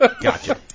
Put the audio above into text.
Gotcha